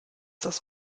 das